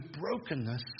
brokenness